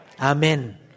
Amen